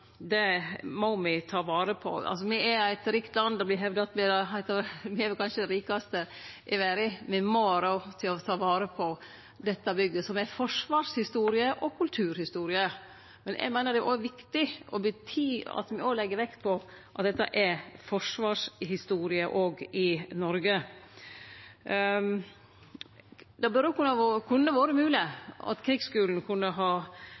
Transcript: det må me ta vare på. Me er eit rikt land. Det vert hevda at me kanskje er det rikaste landet i verda. Me må ha råd til å ta vare på dette bygget, som er forsvarshistorie og kulturhistorie. Eg meiner det òg er viktig at me over tid legg vekt på at dette er forsvarshistorie i Noreg. Det kunne vore mogleg for krigsskulen å ha